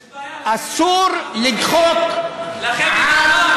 יש בעיה, לכם אין עבר,